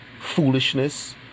Foolishness